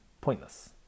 pointless